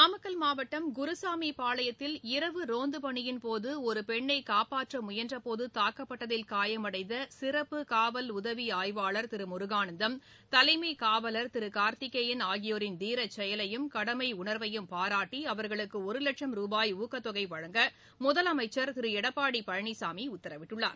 நாமக்கல் மாவட்டம் குருகாமிபாளையத்தில் இரவு ரோந்துப் பணியின் போது ஒரு பெண்ணை காப்பாற்ற முயன்றபோது தாக்கப்பட்டதில் காயமடைந்த சிறப்புகாவல் உதவி ஆய்வாளர் திரு முருகானந்தம் தலைமைக் காவலர் திரு கார்த்திகேயன் ஆகியோரின் தீரச் செயலையும் கடமை உணர்வையும் பாராட்டி அவர்களுக்கு ஒரு வட்சம் ரூபாய் ஊக்கத் தொகை வழங்க முதலமைச்சர் திரு எடப்பாடி பழனிசாமி உத்தரவிட்டுள்ளார்